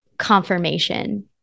confirmation